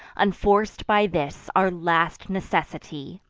unforc'd by this our last necessity,